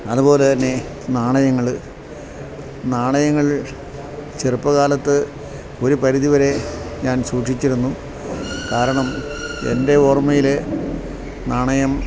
അതുപോലെ തന്നെ നാണയങ്ങള് നാണയങ്ങൾ ചെറുപ്പകാലത്ത് ഒരു പരിധിവരെ ഞാൻ സൂക്ഷിച്ചിരുന്നു കാരണം എൻ്റെ ഓർമ്മയിലെ നാണയം